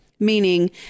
meaning